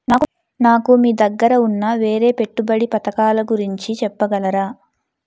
నాకు మీ దగ్గర ఉన్న వేరే పెట్టుబడి పథకాలుగురించి చెప్పగలరా?